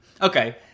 Okay